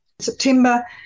September